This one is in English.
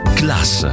class